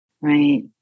right